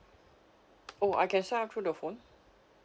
oh I can sign up through the phone